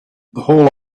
whole